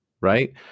right